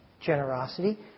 generosity